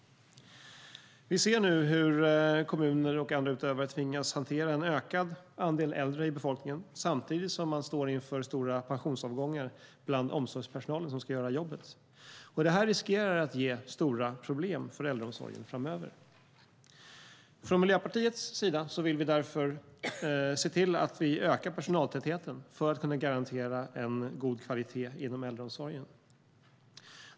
Vi ser nu hur kommuner och andra utövare tvingas hantera en ökad andel äldre samtidigt som man står inför stora pensionsavgångar bland omsorgspersonalen som ska göra jobbet. Det riskerar att ge stora problem för äldreomsorgen framöver. Från Miljöpartiets sida vill vi därför se till att öka personaltätheten för att kunna garantera en god kvalitet inom äldreomsorgen.